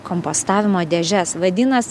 kompostavimo dėžes vadinas